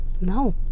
No